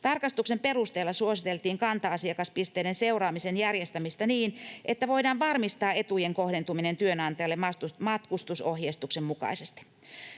Tarkastuksen perusteella suositeltiin kanta-asiakaspisteiden seuraamisen järjestämistä niin, että voidaan varmistaa etujen kohdentuminen työnantajalle matkustusohjeistuksen mukaisesti.